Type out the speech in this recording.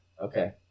Okay